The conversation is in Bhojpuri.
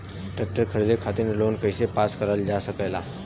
ट्रेक्टर खरीदे खातीर लोन कइसे पास करल जा सकेला?